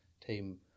team